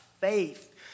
faith